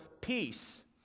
peace